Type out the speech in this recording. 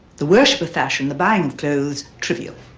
the worship of fashion, the buying of clothes trivial.